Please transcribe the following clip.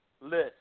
list